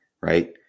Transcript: Right